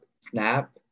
Snap